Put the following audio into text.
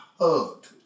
hugged